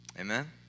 amen